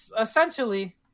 Essentially